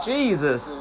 Jesus